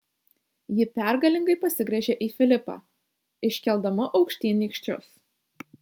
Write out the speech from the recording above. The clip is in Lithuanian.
ji pergalingai pasigręžė į filipą iškeldama aukštyn nykščius